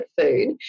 Food